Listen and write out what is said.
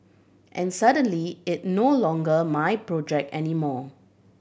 and suddenly it no longer my project anymore